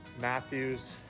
Matthews